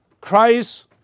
Christ